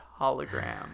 hologram